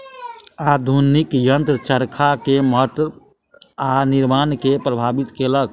आधुनिक यंत्र चरखा के महत्त्व आ निर्माण के प्रभावित केलक